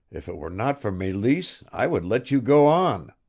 if it were not for meleese i would let you go on.